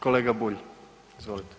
Kolega Bulj izvolite.